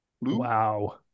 Wow